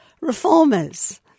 reformers